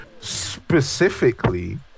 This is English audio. Specifically